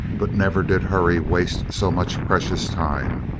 but never did hurry waste so much precious time.